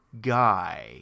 guy